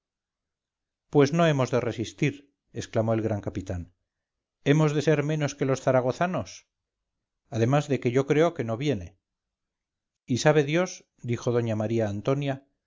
pues no hemos de resistir exclamó el gran capitán hemos de ser menos que los zaragozanos además de que yo creo que no viene y sabe dios dijo doña maría antonia